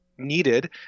needed